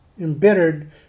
Embittered